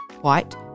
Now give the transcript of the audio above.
white